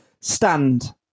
stand